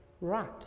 right